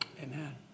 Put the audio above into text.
Amen